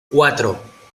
cuatro